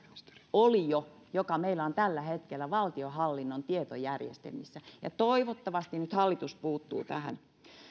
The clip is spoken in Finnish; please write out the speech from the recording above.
olio joka meillä on tällä hetkellä valtionhallinnon tietojärjestelmissä ja toivottavasti nyt hallitus puuttuu tähän ne